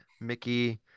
Mickey